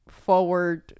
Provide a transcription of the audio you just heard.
forward